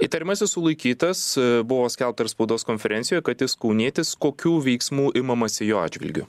įtariamasis sulaikytas buvo skelbta ir spaudos konferencijoj kad jis kaunietis kokių veiksmų imamasi jo atžvilgiu